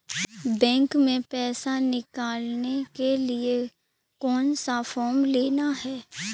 Bank में पैसा निकालने के लिए कौन सा फॉर्म लेना है?